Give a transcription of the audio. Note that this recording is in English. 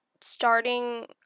starting